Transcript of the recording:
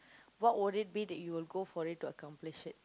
what would it be that you will go for it to accomplish it